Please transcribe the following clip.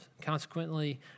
Consequently